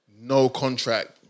no-contract